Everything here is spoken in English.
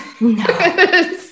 No